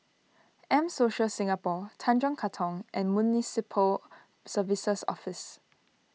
M Social Singapore Tanjong Katong and Municipal Services Office